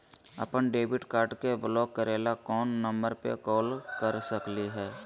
अपन debit card के block करे ला कौन नंबर पे कॉल कर सकली हई?